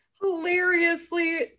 hilariously